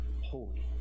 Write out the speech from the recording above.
holy